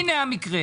הנה המקרה